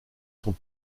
sont